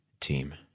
team